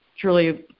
truly